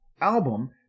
album